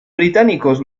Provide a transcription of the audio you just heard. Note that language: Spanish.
británicos